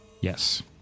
Yes